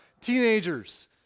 Teenagers